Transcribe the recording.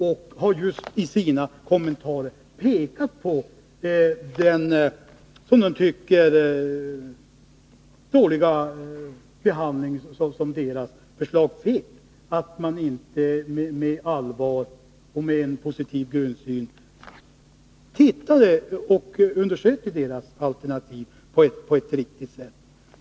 De har i sina kommentarer pekat på den, som de tycker, dåliga behandling som deras förslag fick i och med att deras alternativ inte med allvar och en positiv grundsyn undersöktes på ett riktigt sätt.